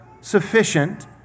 sufficient